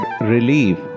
relief